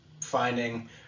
finding